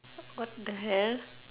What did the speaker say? what the hell